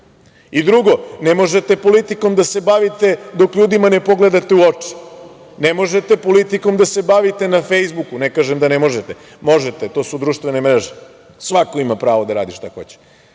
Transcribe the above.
ne možete politikom da se bavite dok ljudima ne pogledate u oči. Ne možete politikom da se bavite na Fejsbuku. Ne kažem da ne možete, možete, to su društvene mreže, svako ima pravo da radi šta hoće,